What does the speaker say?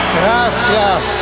gracias